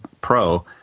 Pro